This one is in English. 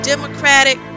Democratic